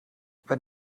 wenn